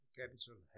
capital